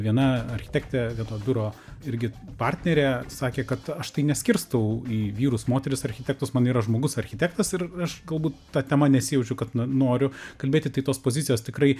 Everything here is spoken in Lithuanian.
viena architektė vieno biuro irgi partnerė sakė kad aš tai neskirstau į vyrus moteris architektas man yra žmogus architektas ir aš galbūt ta tema nesijaučiu kad na noriu kalbėti tai tos pozicijos tikrai